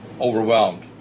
overwhelmed